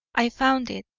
i found it,